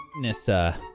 Nissa